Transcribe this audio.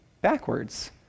backwards